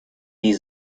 die